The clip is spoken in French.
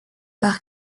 par